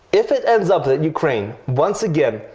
if it ends up that ukraine, once again,